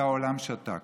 והעולם שתק.